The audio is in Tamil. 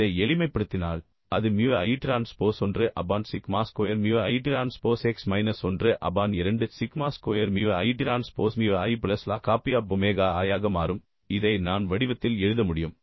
இதை எளிமைப்படுத்தினால் அது mu i transpose 1 upon sigma square mu i transpose x minus 1 upon 2 sigma square mu i transpose mu i plus log of P of omega i ஆக மாறும் இதை நான் வடிவத்தில் எழுத முடியும்